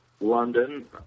London